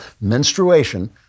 menstruation